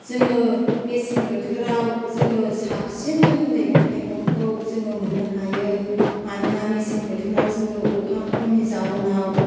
जोङो मेसें बोथोराव जोङो साबसिन जोङो मैगं थायगंखौ जोङो मोननो हायो मानोना मेसें बोथोराव जोङो अखा खमनि जाउनाव